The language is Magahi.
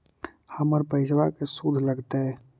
हमर पैसाबा के शुद्ध लगतै?